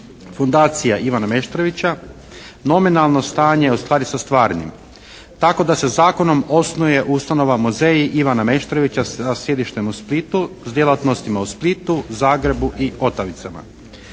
fundacija Ivana Meštrovića nominalno stanje ostvari sa stvarnim. Tako da se Zakonom osnuje, ustanova, muzeji Ivana Meštrovića sa sjedištem u Splitu s djelatnosti u Splitu, Zagrebu i Otavicama.